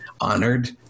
honored